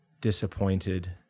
disappointed